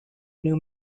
new